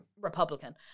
Republican